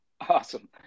Awesome